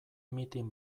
mitin